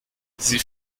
sie